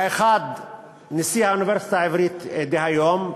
האחד הוא נשיא האוניברסיטה העברית דהיום,